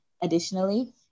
additionally